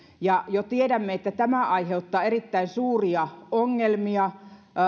tiedämme jo että tämä aiheuttaa erittäin suuria ongelmia